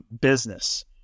business